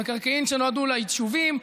המקרקעין שנועדו ליישובים,